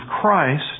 Christ